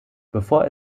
bevor